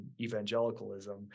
evangelicalism